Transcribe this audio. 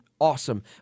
awesome